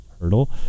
hurdle